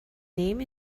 name